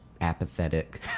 apathetic